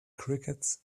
crickets